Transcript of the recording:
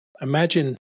imagine